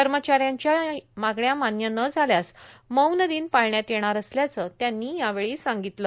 कर्मचाऱ्यांच्या या मागण्या मान्य न झाल्या मौन दिन पाळण्यात येणार असल्याचं त्यांनी यावेळी सांगितलं